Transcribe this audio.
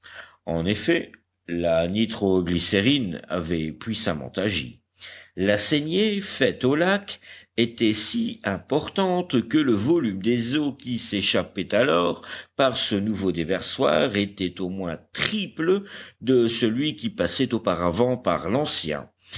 en effet la nitro glycérine avait puissamment agi la saignée faite au lac était si importante que le volume des eaux qui s'échappaient alors par ce nouveau déversoir était au moins triple de celui qui passait auparavant par l'ancien